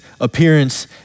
appearance